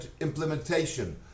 implementation